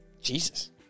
Jesus